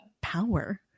power